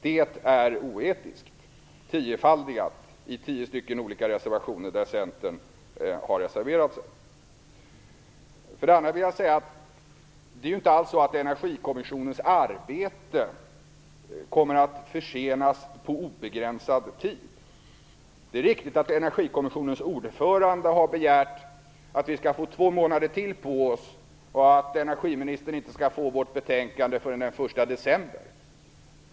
Det är tiofaldigt oetiskt, för Centern har avgivit 10 reservationer. För det andra vill jag säga att Energikommissionens arbete inte alls kommer att försenas och ta obegränsad tid. Det är riktigt att Energikommissionens ordförande har begärt att vi skall få två månader till på oss och att energiministern inte skall få vårt betänkande förrän den 1 december.